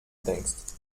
denkst